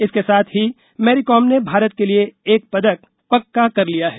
इसके साथ ही मैरीकॉम ने भारत के लिए एक पदक पक्का कर लिया है